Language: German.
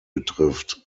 betrifft